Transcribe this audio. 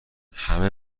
همه